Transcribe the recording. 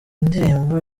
ndirimbo